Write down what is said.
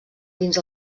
dins